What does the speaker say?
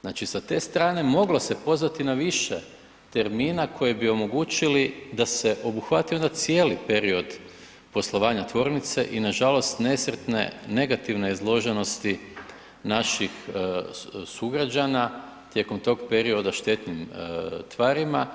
Znači sa te strane moglo se pozvati na više termina koji bi omogućili da se obuhvati onda cijeli period poslovanja tvornice i nažalost nesretne negativne izloženosti naših sugrađana tijekom tog perioda štetnim tvarima